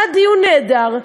היה דיון נהדר,